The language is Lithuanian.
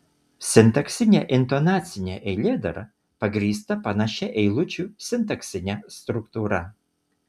sintaksinė intonacinė eilėdara pagrįsta panašia eilučių sintaksine struktūra